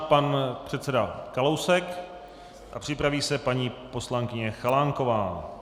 Pan předseda Kalousek a připraví se paní poslankyně Chalánková.